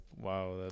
wow